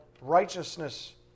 righteousness